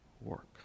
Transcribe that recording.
work